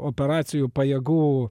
operacijų pajėgų